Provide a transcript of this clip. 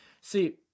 See